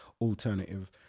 alternative